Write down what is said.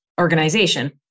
organization